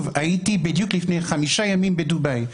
הייתי בדיוק לפני חמישה ימים בדובאי,